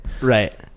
Right